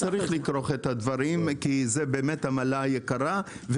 צריך לכרוך את הדברים כי זה עמלה יקרה,